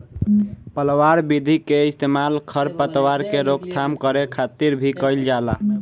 पलवार विधि के इस्तेमाल खर पतवार के रोकथाम करे खातिर भी कइल जाला